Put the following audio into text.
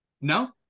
No